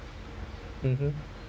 mmhmm